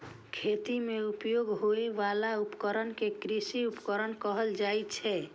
खेती मे उपयोग होइ बला उपकरण कें कृषि उपकरण कहल जाइ छै